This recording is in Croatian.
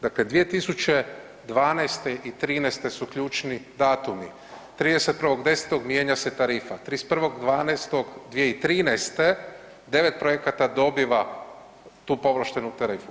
Dakle, 2012. i '13. su ključni datumi, 31.10. mijenja se tarifa, 31.12.2013. 9 projekata dobiva tu povlaštenu tarifu.